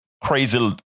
crazy